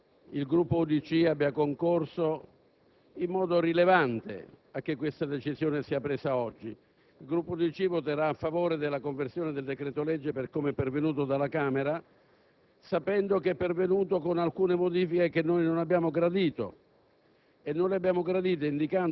impegnativa e significativa, ed è la ragione per la quale credo che il Gruppo UDC abbia concorso in modo rilevante a che questa stessa decisione sia presa oggi. Il Gruppo UDC voterà a favore della conversione del decreto-legge per come ci è stato trasmesso dalla Camera,